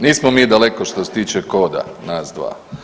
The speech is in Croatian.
Nismo mi daleko što se tiče koda, nas dva.